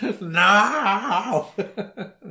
no